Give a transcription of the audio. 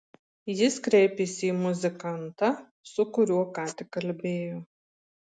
jis kreipėsi į muzikantą su kuriuo ką tik kalbėjo